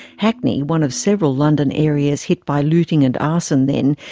hackney, one of several london areas hit by looting and arson then,